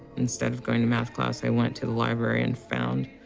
instead of going to math class, i went to the library and found.